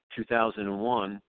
2001